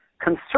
concern